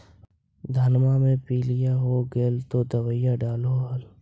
धनमा मे पीलिया हो गेल तो दबैया डालो हल?